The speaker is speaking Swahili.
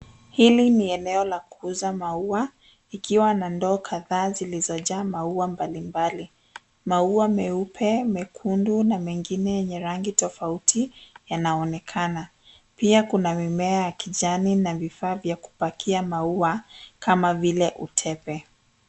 Hili ni eneo la Maua ikiwa ndoo kadhaa zilizojaa maua mbalimbali mauna meupe mekundu na mengine yenye rangi tofauti yanaonekana pia kuna mimea ya kijani vya kupakia mimea kama vile utepe.